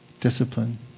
discipline